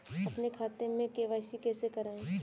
अपने खाते में के.वाई.सी कैसे कराएँ?